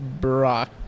Brock